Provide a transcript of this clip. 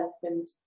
husband